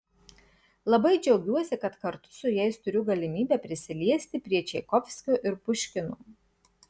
labai džiaugiuosi kad kartu su jais turiu galimybę prisiliesti prie čaikovskio ir puškino